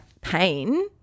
pain –